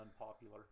unpopular